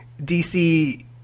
DC